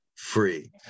Free